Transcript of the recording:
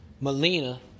Melina